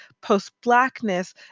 post-Blackness